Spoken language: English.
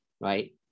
right